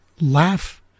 laugh